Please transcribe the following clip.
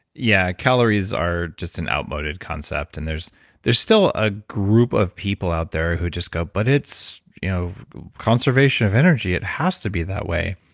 yeah. calories are just an outmoded concept, and there's there's still a group of people out there who just go, but it's you know conservation of energy, it has to be that way.